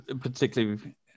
particularly